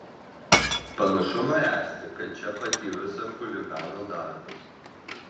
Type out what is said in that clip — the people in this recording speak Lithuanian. panašumo esti kad čia patyrusio chuligano darbas